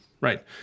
Right